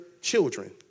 children